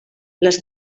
les